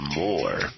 more